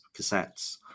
cassettes